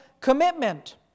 commitment